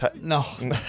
No